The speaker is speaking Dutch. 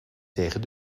tegen